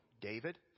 David